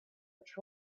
which